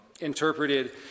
interpreted